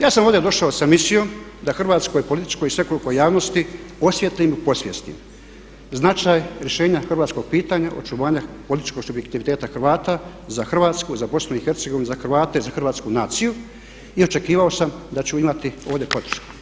Ja sam ovdje došao sa misijom da hrvatskoj političkoj i svekolikoj javnosti osvijetlim u podsvijesti značaj rješenja hrvatskog pitanja očuvanja političkog subjektiviteta Hrvata za Hrvatsku, za BiH i za Hrvate i za hrvatsku naciju i očekivao sam da ću imati ovdje podršku.